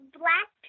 black